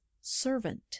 servant